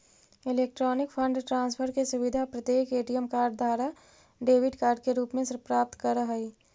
electronic fund transfer के सुविधा प्रत्येक ए.टी.एम कार्ड धारी डेबिट कार्ड के रूप में प्राप्त करऽ हइ